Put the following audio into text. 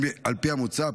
על פי המוצע,